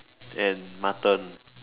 and mutton